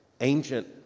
ancient